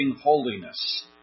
holiness